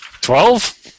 Twelve